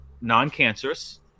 non-cancerous